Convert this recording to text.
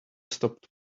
stopped